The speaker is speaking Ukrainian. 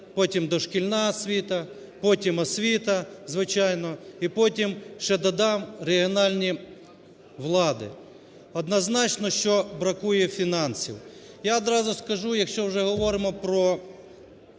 потім дошкільна освіта, потім освіта, звичайно, і потім ще додам регіональні влади. Однозначно, що бракує фінансів. Я одразу скажу, якщо вже говоримо про